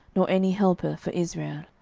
nor any helper for israel.